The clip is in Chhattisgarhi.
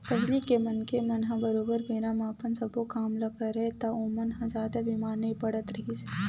पहिली के मनखे मन ह बरोबर बेरा म अपन सब्बो काम ल करय ता ओमन ह जादा बीमार नइ पड़त रिहिस हे